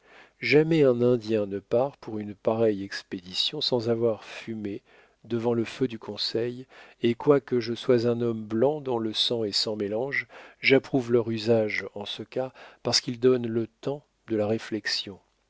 jamais un indien ne part pour une pareille expédition sans avoir fumé devant le feu du conseil et quoique je sois un homme blanc dont le sang est sans mélange j'approuve leur usage en ce cas parce qu'il donne le temps de la réflexion